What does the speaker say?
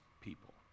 people